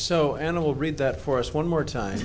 so animal read that for us one more time